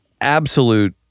absolute